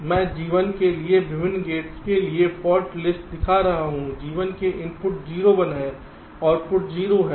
मैं G1 के लिए विभिन्न गेट्स के लिए फाल्ट लिस्ट दिखा रहा हूं G1 के इनपुट्स 0 1 हैं आउटपुट 0 है